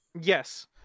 Yes